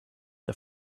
the